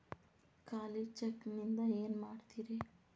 ಖಾಲಿ ಚೆಕ್ ನಿಂದ ಏನ ಮಾಡ್ತಿರೇ?